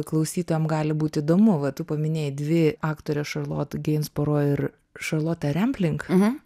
klausytojam gali būt įdomu va tu paminėjai dvi aktorę šarlotę ginsburg ir šarlotę rampling